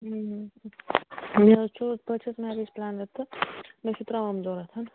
مےٚ حظ چھِ بہٕ حظ چھَس مٮ۪ریج ٹراینَر تہٕ مےٚ چھُ ترام ضوٚرتھ